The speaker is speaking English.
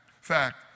fact